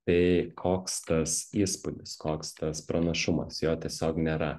tai koks tas įspūdis koks tas pranašumas jo tiesiog nėra